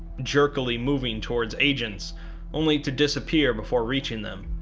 jerkily moving towards agents only to disappear before reaching them.